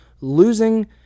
losing